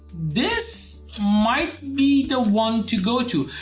this might be the one to go to.